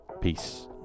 Peace